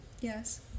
Yes